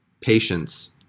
patience